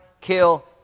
kill